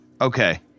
okay